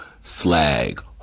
slag